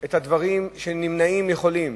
את הדברים שנמנעים מחולים,